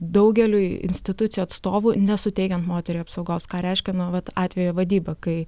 daugeliui institucijų atstovų nesuteikiant moteriai apsaugos ką reiškia nu vat atvejo vadyba kai